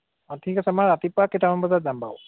অঁ ঠিক আছে মই ৰাতিপুৱা কেইটামান বজাত যাম বাৰু